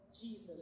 Jesus